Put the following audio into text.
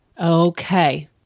Okay